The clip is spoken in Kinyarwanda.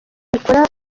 ikora